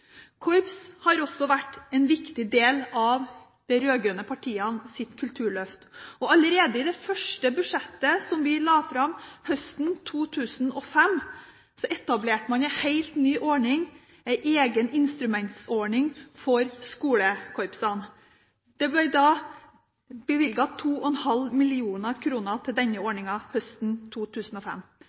Korps har også vært en viktig del av de rød-grønne partienes kulturløft. Allerede i det første budsjettet som vi la fram høsten 2005, etablerte vi en helt ny ordning, en egen instrumentordning for skolekorpsene. Det ble da bevilget 2,5 mill. kr til denne ordningen høsten 2005.